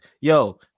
yo